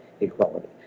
equality